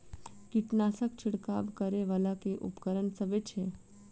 कीटनासक छिरकाब करै वला केँ उपकरण सब छै?